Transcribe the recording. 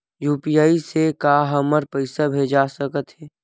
UPI से का हमर पईसा भेजा सकत हे?